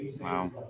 Wow